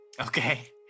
okay